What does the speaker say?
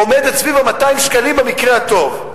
עומדת סביב 200 שקלים במקרה הטוב.